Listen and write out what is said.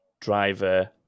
driver